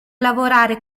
lavorare